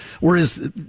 Whereas